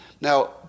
Now